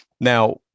Now